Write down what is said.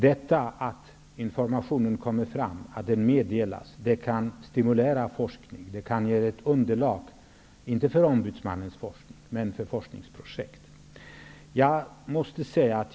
Men att informationen kommer fram och meddelas kan stimulera forskningen och kan ge underlag, inte för ombudsmannens forskning, men för olika forskningsprojekt.